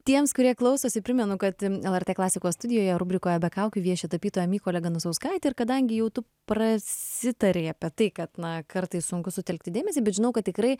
tiems kurie klausosi primenu kad lrt klasikos studijoje rubrikoje be kaukių vieši tapytoja mykolė ganusauskaitė ir kadangi jau tu prasitarei apie tai kad na kartais sunku sutelkti dėmesį bet žinau kad tikrai